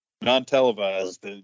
non-televised